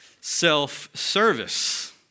Self-service